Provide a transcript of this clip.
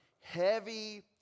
heavy